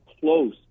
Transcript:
close